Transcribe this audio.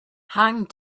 hang